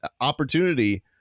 opportunity